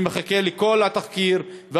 אני מחכה לכל התחקיר,